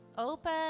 Open